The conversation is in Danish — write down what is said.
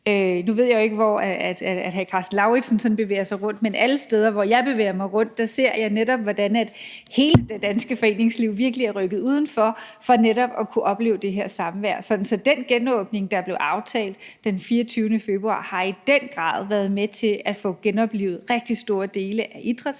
Nu ved jeg jo ikke, hvor hr. Karsten Lauritzen sådan bevæger sig rundt, men alle steder, hvor jeg bevæger mig rundt, ser jeg netop, hvordan hele det danske foreningsliv virkelig er rykket udenfor for netop at kunne opleve det har samvær. Så den genåbning, der blev aftalt den 24. februar, har i den grad været med til at få genoplivet rigtig store dele af idræts-